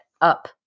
up